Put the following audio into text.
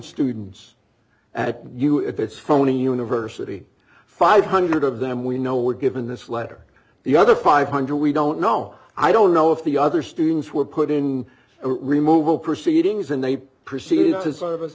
students at you if it's phony university five hundred of them we know were given this letter the other five hundred we don't know i don't know if the other students were put in remove all proceedings and they proceed